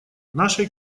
нашей